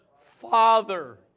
Father